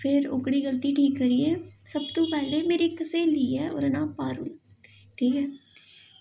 फिर ओह्कड़ी गल्ती ठीक करियै ते सब तूं पैह्लें मेरी इक स्हेली ऐ ओह्दा नांऽ ऐ पारू ठीक ऐ